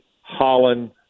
Holland